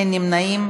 אין נמנעים.